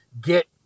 get